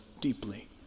deeply